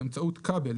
באמצעות כבל,